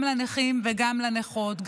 גם לנכים וגם לנכות,